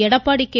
Edappadi K